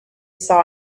saw